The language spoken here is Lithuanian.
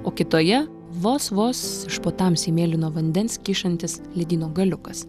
o kitoje vos vos iš po tamsiai mėlyno vandens kyšantis ledyno galiukas